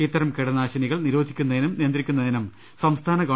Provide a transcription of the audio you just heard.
ഇത്തരം കീട നാശിനികൾ നിരോധിക്കുന്നതിനും നിയന്ത്രിക്കുന്നതിനും സംസ്ഥാന ഗവ